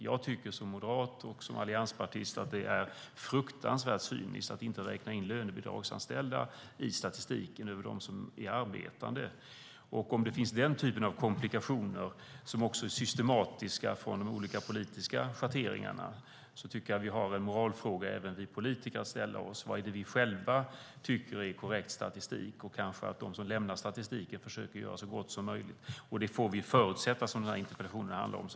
Jag som moderat och som allianspartist tycker att det är fruktansvärt cyniskt att inte räkna in lönebidragsanställda i statistiken över dem som är i arbete. Om det finns denna typ av komplikationer, som också är systematiska, från de olika politiska schatteringarna tycker jag att även vi politiker har en moralfråga att ställa oss om vad vi själva tycker är korrekt statistik och att de som lämnar statistiken försöker göra så gott som möjligt. Det får vi förutsätta, vilket denna interpellation handlar om.